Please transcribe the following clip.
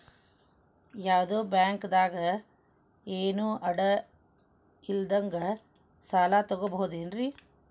ಯಾವ್ದೋ ಬ್ಯಾಂಕ್ ದಾಗ ಏನು ಅಡ ಇಲ್ಲದಂಗ ಸಾಲ ತಗೋಬಹುದೇನ್ರಿ?